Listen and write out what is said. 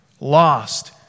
lost